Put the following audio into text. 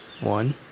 One